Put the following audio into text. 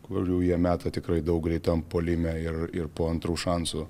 kurių jie meta tikrai daug greitam puolime ir ir po antrų šansų